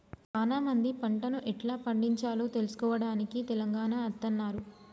సానా మంది పంటను ఎట్లా పండిచాలో తెలుసుకోవడానికి తెలంగాణ అత్తన్నారు